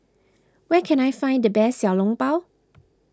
where can I find the best Xiao Long Bao